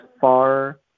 far